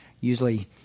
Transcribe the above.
Usually